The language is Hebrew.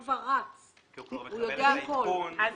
צריך להבין את הסבירות שאת